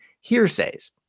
hearsays